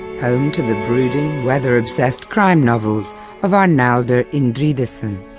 home to the brooding weather-obsessed crime novels of arnaldur indridason.